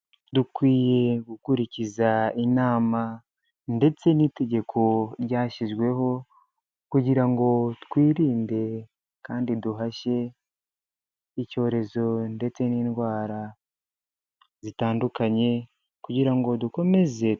Dukwiye gukurikiza inama ndetse n'itegeko ryashyizweho, kugira ngo twirinde kandi duhashye icyorezo ndetse n'indwara zitandukanye, kugira ngo dukomeze.